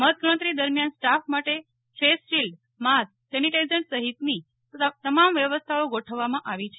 મતગણતરી દરમિયાન સ્ટાફ માટે ફેસ શિલ્ડ માસ્ક સેનિટાઇઝેશન સહિતની તમામ વ્યવસ્થાઓ ગોઠવવામાં આવી છે